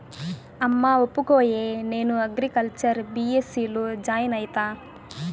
అమ్మా ఒప్పుకోయే, నేను అగ్రికల్చర్ బీ.ఎస్.సీ లో జాయిన్ అయితా